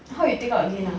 how yout ake out again nah